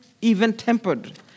even-tempered